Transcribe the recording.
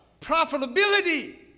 profitability